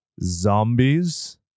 zombies